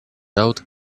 out